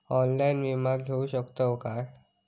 Online विमा घेऊ शकतय का?